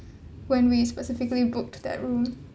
when we specifically booked that room